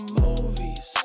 movies